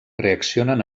reaccionen